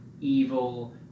evil